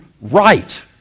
right